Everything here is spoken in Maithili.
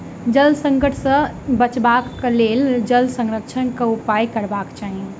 जल संकट सॅ बचबाक लेल जल संरक्षणक उपाय करबाक चाही